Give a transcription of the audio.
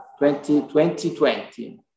2020